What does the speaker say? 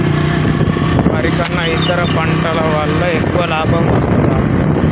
వరి కన్నా ఇతర పంటల వల్ల ఎక్కువ లాభం వస్తదా?